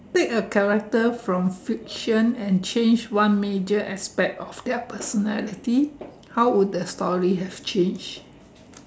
take a character from friction and change one major aspect of their personality how would the story have changed